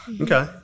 Okay